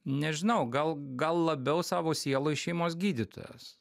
nežinau gal gal labiau savo sieloj šeimos gydytojas